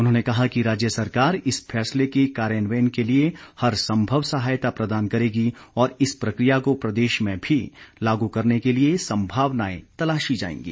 उन्होंने कहा कि राज्य सरकार इस फैसले के कार्यान्वयन के लिए हर संभव सहायता प्रदान करेगी और इस प्रकिया को प्रदेश में भी लागू करने के लिए संभावनाएं तलाशी जाएंगी